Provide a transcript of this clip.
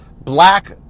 black